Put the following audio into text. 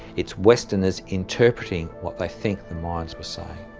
it's westerners interpreting what they think the mayans were saying.